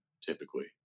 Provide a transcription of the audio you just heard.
typically